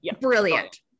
brilliant